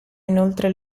inoltre